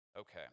Okay